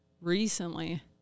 recently